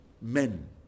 men